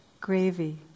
gravy